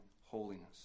holiness